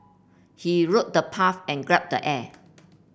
he wrote the path and grab the air